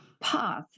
path